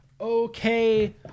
okay